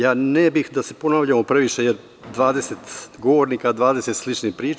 Ja ne bih da se ponavljamo previše, jer 20 govornika - 20 sličnih priča.